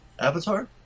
Avatar